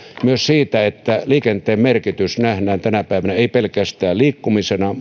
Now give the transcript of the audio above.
myös siitä että liikenteen merkitys nähdään tänä päivänä ei pelkästään liikkumisena